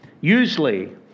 Usually